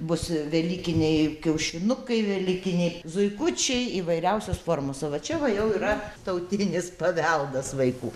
bus velykiniai kiaušinukai velykiniai zuikučiai įvairiausios formos o va čia va jau yra tautinis paveldas vaikų